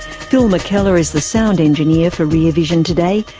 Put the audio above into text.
phil mckellar is the sound engineer for rear vision today.